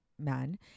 man